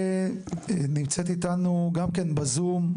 ונמצאת איתנו גם כן בזום,